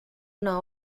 una